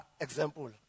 example